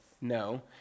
No